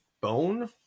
bone